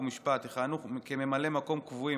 חוק ומשפט יכהנו כממלאי מקום קבועים